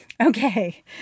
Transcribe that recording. Okay